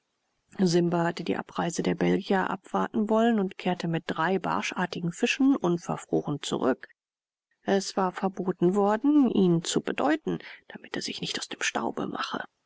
simba hatte die abreise der belgier abwarten wollen und kehrte mit drei barschartigen fischen unverfroren zurück es war verboten worden ihn zu bedeuten damit er sich nicht aus dem staube mache